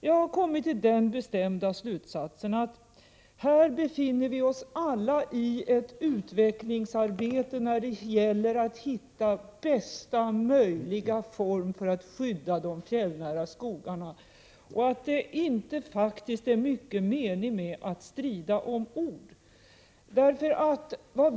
Jag har kommit till den bestämda slutsatsen att vi alla befinner oss i ett utvecklingsarbete när det gäller att hitta bästa möjliga form för att skydda de fjällnära skogarna. Det är faktiskt inte mycket mening med att strida om ord.